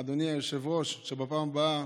אדוני היושב-ראש, שבפעם הבאה